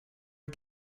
you